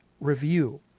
review